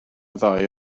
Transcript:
ddoe